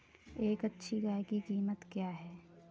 एक अच्छी गाय की कीमत क्या है?